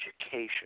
Education